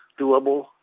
doable